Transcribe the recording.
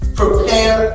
prepare